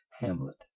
hamlet